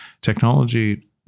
technology